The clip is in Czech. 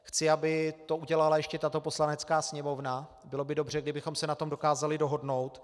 Chci, aby to udělala ještě tato Poslanecká sněmovna, bylo by dobře, kdybychom se na tom dokázali dohodnout.